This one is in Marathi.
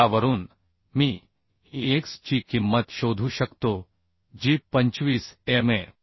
तर यावरून मी x ची किंमत शोधू शकतो जी 25 mm